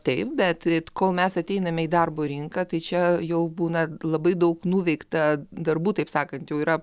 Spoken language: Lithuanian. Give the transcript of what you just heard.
taip bet kol mes ateiname į darbo rinką tai čia jau būna labai daug nuveikta darbų taip sakant jau yra